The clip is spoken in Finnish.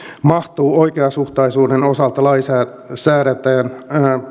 mahtuu oikeasuhtaisuuden osalta lainsäätäjän